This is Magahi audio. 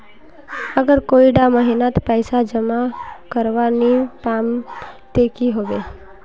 अगर कोई डा महीनात पैसा जमा करवा नी पाम ते की होबे?